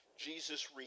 Jesus